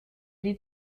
die